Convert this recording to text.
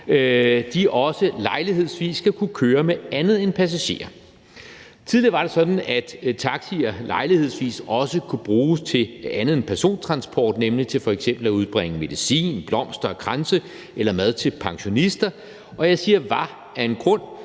– også lejlighedsvis skal kunne køre med andet end passagerer. Tidligere var det sådan, at taxier lejlighedsvis også kunne bruges til andet end persontransport, nemlig til f.eks. at udbringe medicin, blomster og kranse eller mad til pensionister, og jeg siger »var« af en grund,